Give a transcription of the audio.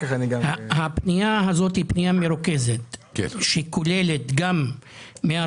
הפנייה הזאת היא פנייה מרוכזת שכוללת גם 140